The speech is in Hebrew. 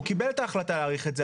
הוא קיבל את ההחלטה להאריך את זה.